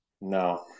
no